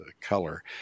color